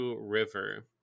River